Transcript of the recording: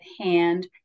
hand